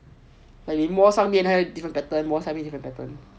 like 你摸上面有 different pattern 摸上下有 different pattern